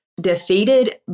defeated